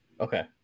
Okay